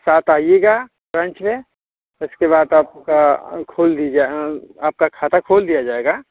साथ आइएगा ब्रांच में उसके बाद आपको का खोल दीजिया आपका खाता खोल दिया जाएगा